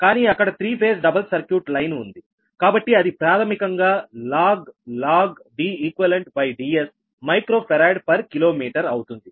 కానీ అక్కడ three phase double circuit line ఉంది కాబట్టి అది ప్రాథమికంగా log DeqDsమైక్రో ఫరాడ్ పర్ కిలోమీటర్ అవుతుంది